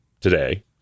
today